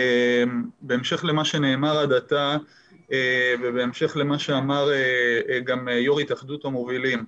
בהמשך למה שנאמר עד עתה ובהמשך למה שאמר גם יו"ר התאחדות המובילים,